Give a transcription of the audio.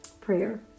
Prayer